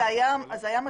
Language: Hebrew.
זה היה משמעותי.